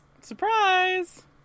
Surprise